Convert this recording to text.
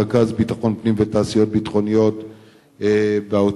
רכז ביטחון פנים ותעשיות ביטחוניות באוצר.